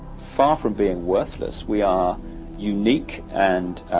far from being worthless, we are unique and